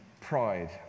pride